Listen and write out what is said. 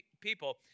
people